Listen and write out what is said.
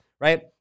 right